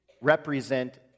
represent